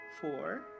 four